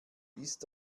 ist